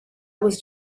was